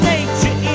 Nature